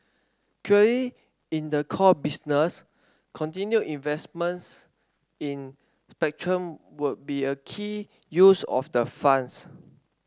clearly in the core business continued investment in would be a key use of the funds